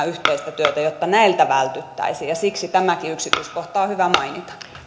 yhteistä työtä jotta näiltä vältyttäisiin siksi tämäkin yksityiskohta on hyvä mainita